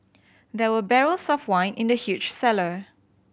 there were barrels of wine in the huge cellar